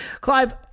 Clive